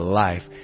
life